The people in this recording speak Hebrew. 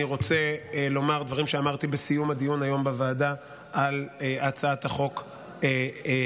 אני רוצה לומר דברים שאמרתי בסיום הדיון היום בוועדה על הצעת החוק כולה,